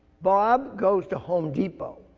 bob goes to home depot.